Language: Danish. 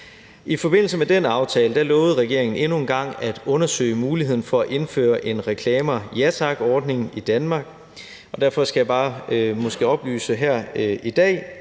I forbindelse med den aftale lovede regeringen endnu en gang at undersøge muligheden for at indføre en Reklamer Ja Tak-ordning i Danmark, og derfor skal jeg bare oplyse her i dag,